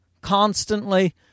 constantly